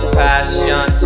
passion